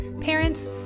parents